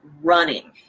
running